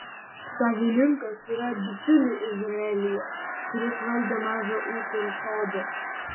savininkas turėjo bičiulį izraelyje kuris valdė mažą ūkį ir sodą